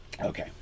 Okay